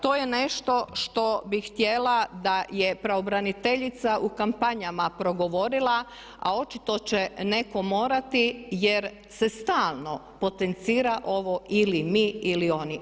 To je nešto što bih htjela da je pravobraniteljica u kampanjama progovorila, a očito će netko morati jer se stalno potencira ovo ili mi ili oni.